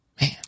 Man